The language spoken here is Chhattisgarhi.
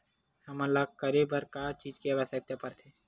हमन ला करे बर का चीज के आवश्कता परथे?